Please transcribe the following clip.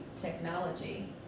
technology